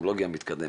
בטכנולוגיה המתקדמת.